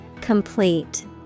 Complete